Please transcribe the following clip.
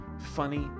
funny